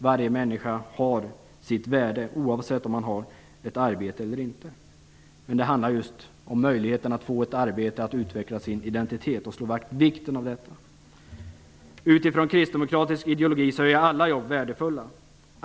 Varje människa har sitt värde, oavsett om man har ett arbete eller inte. Men det handlar just om möjligheten att få ett arbete, att utveckla sin identitet och att slå vakt om vikten av detta. Utifrån kristdemokratisk ideologi är alla jobb värdefulla.